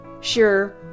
Sure